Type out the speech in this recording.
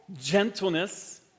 gentleness